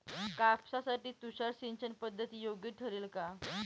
कापसासाठी तुषार सिंचनपद्धती योग्य ठरेल का?